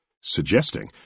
suggesting